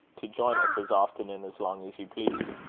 to join us as often and as long as you please.